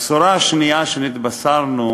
הבשורה השנייה שנתבשרנו